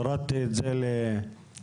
הורדתי את זה ל-66%.